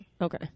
Okay